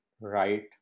right